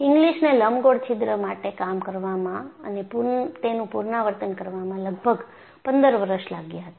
English ને લંબગોળ છિદ્ર માટે કામ કરવામાં અને તેનું પુનરાવર્તન કરવામાં લગભગ પંદર વર્ષ લાગ્યાં હતા